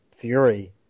Fury